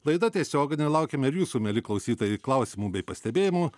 laida tiesioginė laukiame ir jūsų mieli klausytojai klausimų bei pastebėjimų